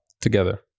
together